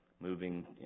moving